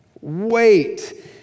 Wait